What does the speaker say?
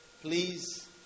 please